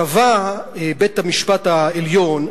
קבע בית-המשפט העליון,